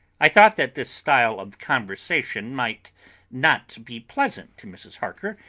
i thought that this style of conversation might not be pleasant to mrs. harker,